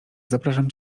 zapraszam